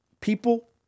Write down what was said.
People